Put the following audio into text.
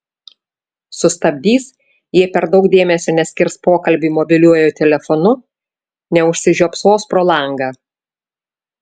sustabdys jei per daug dėmesio neskirs pokalbiui mobiliuoju telefonu neužsižiopsos pro langą